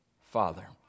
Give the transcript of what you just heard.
father